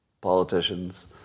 Politicians